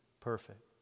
Perfect